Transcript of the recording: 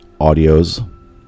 audios